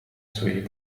своїх